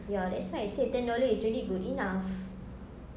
ya that's why I say ten dollar is already good enough